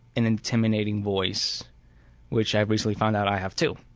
and intimidating voice which i recently found out i have too.